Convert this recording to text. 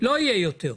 לא יהיה יותר.